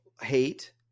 hate